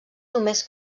només